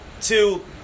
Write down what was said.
Two